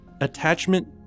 attachment